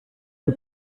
que